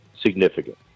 significant